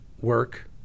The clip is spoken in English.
work